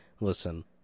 Listen